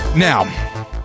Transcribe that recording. Now